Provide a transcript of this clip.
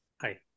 Hi